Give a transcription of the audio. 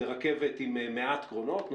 זה רכבת עם מעט קרונות.